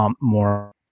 more